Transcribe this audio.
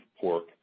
pork